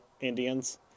Indians